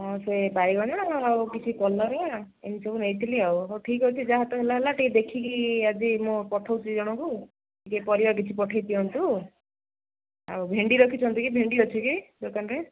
ହଁ ସେ ବାଇଗଣ ଆଉ କିଛି କଲରା ଏମିତି ସବୁ ନେଇଥିଲି ଆଉ ହଉ ଠିକ୍ ଅଛି ଯାହା ତ ହେଲା ହେଲା ଟିକେ ଦେଖିକି ଆଜି ମୁଁ ପଠାଉଛି ଜଣଙ୍କୁ ଟିକେ ପରିବା କିଛି ପଠାଇ ଦିଅନ୍ତୁ ଆଉ ଭେଣ୍ଡି ରଖିଛନ୍ତିକି ଭେଣ୍ଡି ଅଛିକି ଦୋକାନରେ